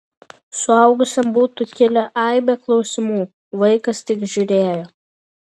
suaugusiam būtų kilę aibė klausimų vaikas tik žiūrėjo